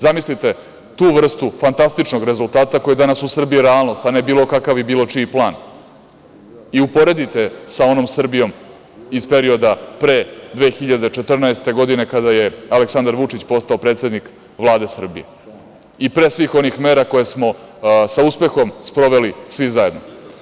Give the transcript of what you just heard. Zamislite tu vrstu fantastičnog rezultata koji je danas u Srbiji realnost, a ne bilo kakav i bilo čiji plan i uporedite sa onom Srbijom iz perioda pre 2014. godine kada je Aleksandar Vučić postao predsednik Vlade Srbije, i pre svih onih mera koje smo sa uspehom sproveli svi zajedno.